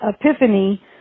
epiphany